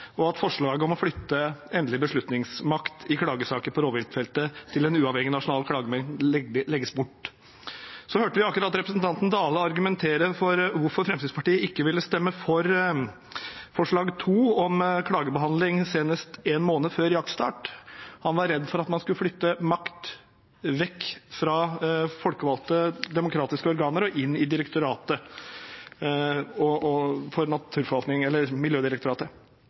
og at forslaget om å flytte endelig beslutningsmakt i klagesaker på rovviltfeltet til en uavhengig, nasjonal klagenemnd legges bort. Vi hørte akkurat representanten Dale argumentere for hvorfor Fremskrittspartiet ikke ville stemme for forslag nr. 2, om klagebehandling senest én måned før jaktstart. Han var redd for at man skulle flytte makt vekk fra folkevalgte demokratiske organer og inn i Miljødirektoratet.